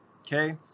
Okay